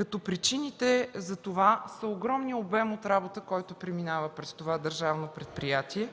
от петима членове, са огромният обем от работа, който преминава през това държавно предприятие